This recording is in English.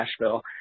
Nashville